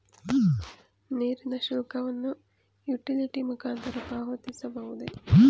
ನೀರಿನ ಶುಲ್ಕವನ್ನು ಯುಟಿಲಿಟಿ ಮುಖಾಂತರ ಪಾವತಿಸಬಹುದೇ?